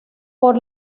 por